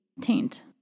taint